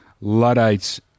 Luddites